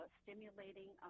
stimulating